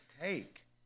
take